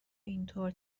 اینطور